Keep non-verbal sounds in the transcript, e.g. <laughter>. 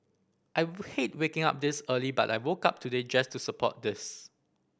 I <unintelligible> hate waking up this early but I woke up today just to support this